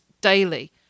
daily